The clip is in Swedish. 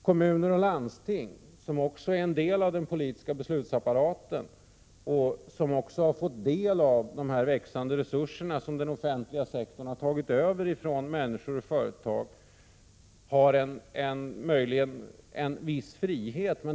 Kommuner och landsting, som också är en bit av den politiska beslutsapparaten och har fått del av de växande resurser som den offentliga sektorn har tagit över från människor och företag, har möjligen en viss frihet.